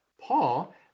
Paul